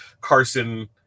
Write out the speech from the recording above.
Carson